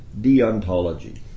deontology